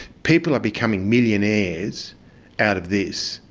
people are becoming millionaires out of this,